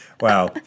Wow